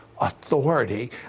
authority